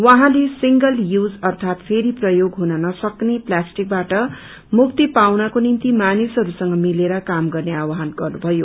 उहाँले single use अर्थात ुेरि प्रयोग हुन नसक्ने प्लाष्टिकबाट मुक्ति पाउनको निम्ति मानिसहरूसंग लिर काम गत्रे आवहान गत्रुभयो